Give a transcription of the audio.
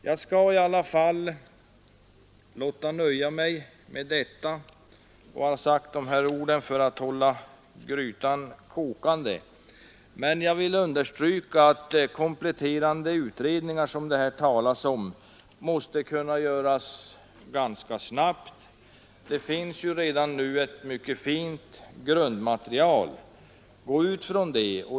Jag skall emellertid nöja mig med detta, och jag har sagt de här orden för att hålla grytan kokande. Men jag vill understryka att de kompletterande utredningar som det talas om måste kunna göras ganska snabbt. Det finns redan ett fint grundmaterial; gå ut från det!